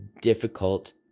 difficult